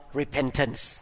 repentance